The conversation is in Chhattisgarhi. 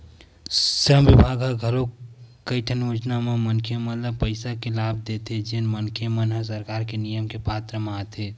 श्रम बिभाग ह घलोक कइठन योजना म मनखे मन ल पइसा के लाभ देथे जेन मनखे मन ह सरकार के नियम के पात्र म आथे